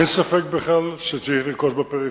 אין ספק בכלל שצריך לרכוש בפריפריה.